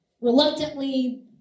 reluctantly